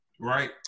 right